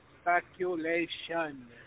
speculation